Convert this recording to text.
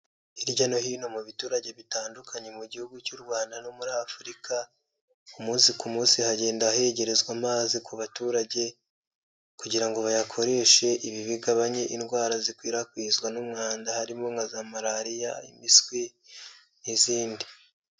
Hirya no hino mu biturage bitandukanye mu gihugu cy'u Rwanda no muri Afurika, umunsi ku munsi hagenda hegerezwa amazi ku baturage kugirango bayakoreshe ibi bigabanye indwara zikwirakwizwa n'umwanda harimo nka za marariya impiswi n'izindi.